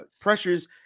pressures